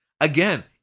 Again